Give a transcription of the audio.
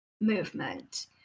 movement